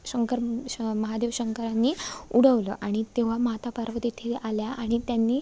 शंकर शं महादेव शंकरांनी उडवलं आणि तेव्हा माता पार्वती तिथे आल्या आणि त्यांनी